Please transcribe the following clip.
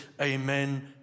amen